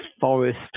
forest